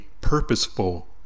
purposeful